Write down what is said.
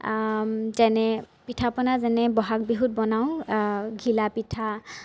যেনে পিঠা পনা যেনে বহাগ বিহুত বনাওঁ ঘিলা পিঠা